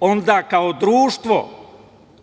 onda kao društvo